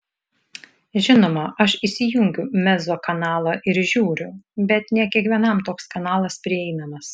žinoma aš įsijungiu mezzo kanalą ir žiūriu bet ne kiekvienam toks kanalas prieinamas